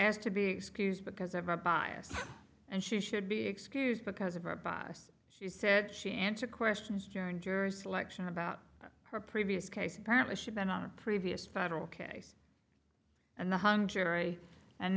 asked to be excused because of a bias and she should be excused because of her by us she said she answered questions during jury selection about her previous case apparently she'd been on a previous federal case and the hung jury and